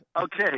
Okay